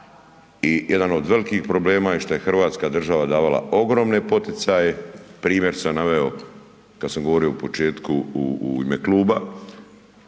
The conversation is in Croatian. i jedan od velikih problema je što je hrvatska država davala ogromne poticaje, primjer sam naveo kad sam govorio u početku u ime kluba,